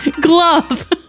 Glove